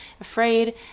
afraid